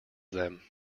them